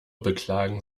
beklagen